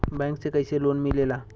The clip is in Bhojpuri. बैंक से कइसे लोन मिलेला?